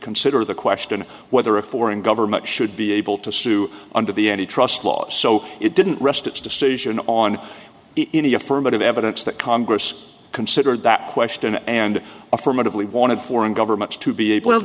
consider the question of whether a foreign government should be able to sue under the any trust laws so it didn't rest its decision on it in the affirmative evidence that congress considered that question and affirmatively wanted foreign governments to be